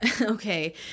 Okay